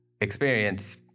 experience